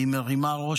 והיא מרימה ראש.